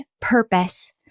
Purpose